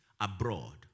abroad